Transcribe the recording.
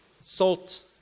Salt